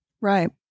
Right